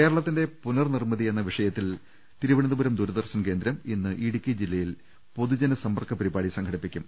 കേരളത്തിന്റെ പുനർനിർമ്മിതി എന്ന വിഷയത്തിൽ തിരുവനന്ത പുരം ദൂരദർശൻ കേന്ദ്രം ഇന്ന് ഇടുക്കി ജില്ലയിൽ പൊതുജനസമ്പർക്ക പരി പാടി സംഘടിപ്പിക്കും